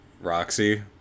Roxy